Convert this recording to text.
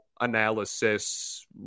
analysis